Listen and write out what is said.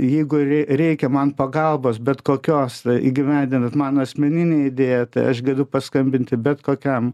jeigu rei reikia man pagalbos bet kokios įgyvendinant mano asmeninę idėją tai aš galiu paskambinti bet kokiam